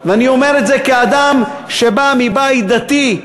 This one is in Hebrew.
ואני אומר את זה כאדם שבא מבית דתי,